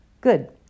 Good